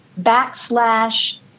backslash